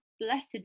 blessed